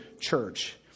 church